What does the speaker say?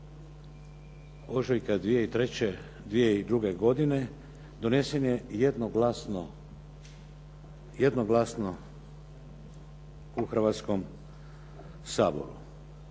ožujka 2002. godine. Donesen je jednoglasno u Hrvatskom saboru.